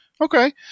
Okay